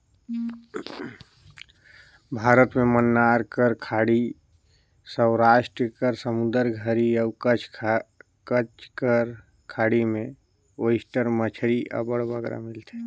भारत में मन्नार कर खाड़ी, सवरास्ट कर समुंदर घरी अउ कच्छ कर खाड़ी में ओइस्टर मछरी अब्बड़ बगरा मिलथे